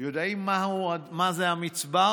אתם יודעים מה זה מצבע?